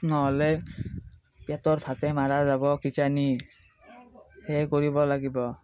নহ'লে পেটৰ ভাতে মৰা যাব কিজানি সেয়ে কৰিব লাগিব